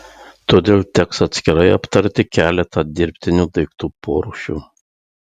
todėl teks atskirai aptarti keletą dirbtinių daiktų porūšių